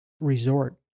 resort